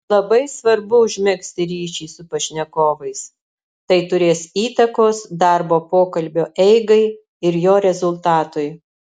labai svarbu užmegzti ryšį su pašnekovais tai turės įtakos darbo pokalbio eigai ir jo rezultatui